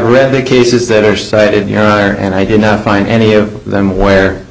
the cases that are cited here and i did not find any of them where